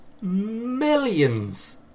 millions